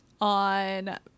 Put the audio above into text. on